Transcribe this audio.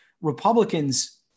Republicans